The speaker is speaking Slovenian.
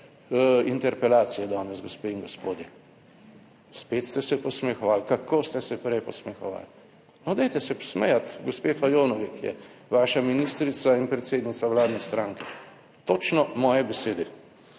interpelacije danes, gospe in gospodje. Spet ste se posmehovali, kako ste se prej posmehovali, no, dajte se smejati gospe Fajonovi, ki je vaša. ministrica in predsednica vladne stranke. Točno moje besede.